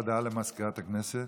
הודעה לסגנית מזכיר הכנסת.